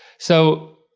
so,